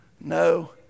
no